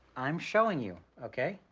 i'm showing you, okay?